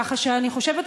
כך שאני חושבת,